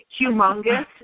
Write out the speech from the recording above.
humongous